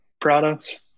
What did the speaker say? products